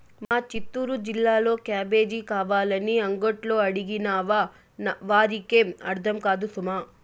మా చిత్తూరు జిల్లాలో క్యాబేజీ కావాలని అంగట్లో అడిగినావా వారికేం అర్థం కాదు సుమా